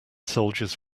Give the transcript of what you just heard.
soldiers